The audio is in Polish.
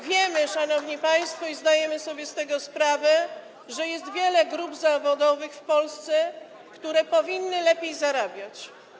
Wiemy, szanowni państwo, zdajemy sobie z tego sprawę, że jest wiele grup zawodowych w Polsce, które powinny lepiej zarabiać.